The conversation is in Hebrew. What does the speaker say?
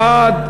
בעד,